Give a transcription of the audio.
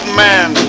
man